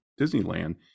Disneyland